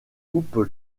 coupe